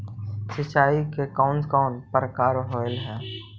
सिंचाई के कौन कौन प्रकार होव हइ?